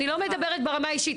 אני לא מדברת ברמה האישית,